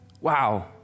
wow